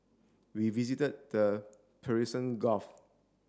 we visited the Persian Gulf